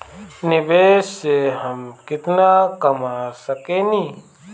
निवेश से हम केतना कमा सकेनी?